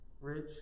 Rich